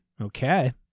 Okay